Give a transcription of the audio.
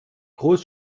groß